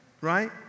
right